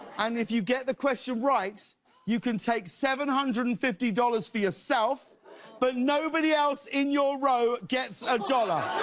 and if you get the question right you can take seven hundred and fifty dollars for yourself but nobody else in your row gets a dollar.